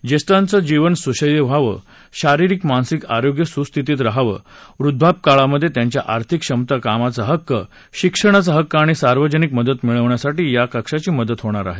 ज्येष्ठांचं जीवन सुसह्य व्हावं शारीरिक मानसिक आरोग्य सुस्थितीत रहावं वृद्धापकाळामध्ये त्यांच्या आर्थिक क्षमता कामाचा हक्क शिक्षणाचा हक्क आणि सार्वजनिक मदत मिळविण्यासाठी या कक्षाची मदत होणार आहे